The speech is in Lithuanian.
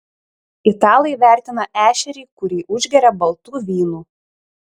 italai vertina ešerį kurį užgeria baltu vynu